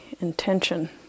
intention